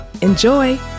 Enjoy